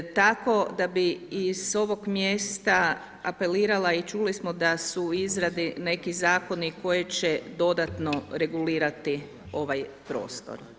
Tako da bi s ovom mjesta apelirala i čuli smo da su u izradi neki zakoni koji će dodatno regulirati ovaj prostor.